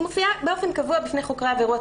היא מופיעה באופן קבוע בפני חוקרי עבירות